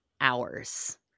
hours